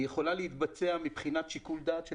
היא יכולה להתבצע מבחינת שיקול דעת של